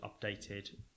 updated